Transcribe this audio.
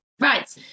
Right